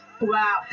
Wow